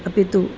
अपि तु